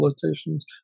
politicians